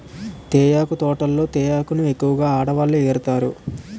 తేయాకు తోటల్లో తేయాకును ఎక్కువగా ఆడవాళ్ళే ఏరుతారు